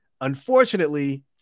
unfortunately